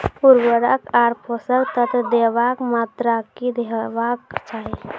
उर्वरक आर पोसक तत्व देवाक मात्राकी हेवाक चाही?